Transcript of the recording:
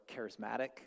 charismatic